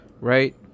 Right